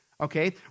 okay